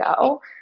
go